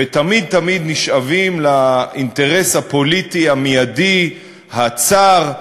ותמיד תמיד נשאבים לאינטרס הפוליטי המיידי, הצר,